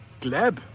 Gleb